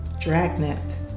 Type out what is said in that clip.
Dragnet